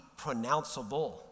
pronounceable